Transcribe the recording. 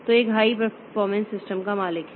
तो एक high performance system का मालिक है